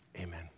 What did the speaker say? Amen